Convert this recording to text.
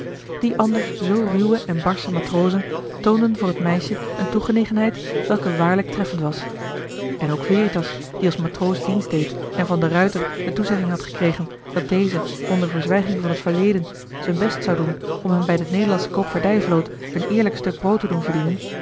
die anders zoo ruwe en barsche matrozen toonden voor het meisje een toegenegenheid welke waarlijk treffend was en ook veritas die als matroos dienst deed en van de ruijter de toezegging had gekregen dat deze onder verzwijging van het verleden zijn best zou doen om hem bij de nederlandsche koopvaardijvloot een eerlijk stuk brood te doen verdienen